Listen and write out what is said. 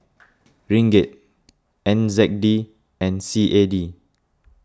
Ringgit N Z D and C A D